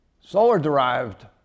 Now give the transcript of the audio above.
solar-derived